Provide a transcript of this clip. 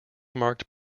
marked